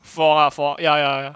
four ah four ya ya ya